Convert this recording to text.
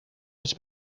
eens